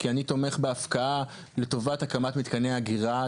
כי אני תומך בהפקעה לטובת מתקני אגירה.